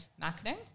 marketing